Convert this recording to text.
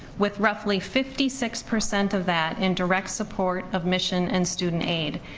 with roughly fifty six percent of that in direct support of mission and student aid.